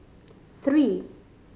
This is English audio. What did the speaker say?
three